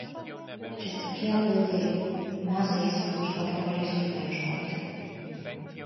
čia tokie atlaidai o mes eisime kažkokio paleistuvio ieškoti